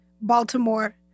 Baltimore